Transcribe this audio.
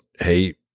hey